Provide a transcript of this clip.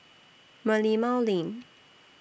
Merlimau Lane